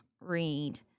read